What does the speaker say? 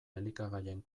elikagaien